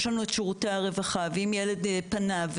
יש לנו את שירותי הרווחה ואם ילד פנה,